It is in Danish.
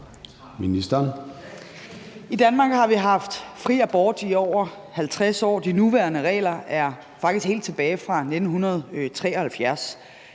Løhde): I Danmark har vi haft fri abort i over 50 år, og de nuværende regler er faktisk helt tilbage fra 1973.